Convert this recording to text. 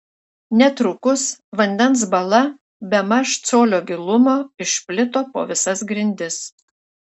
netrukus vandens bala bemaž colio gilumo išplito po visas grindis